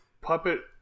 Puppet